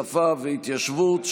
שפה והתיישבות),